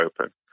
open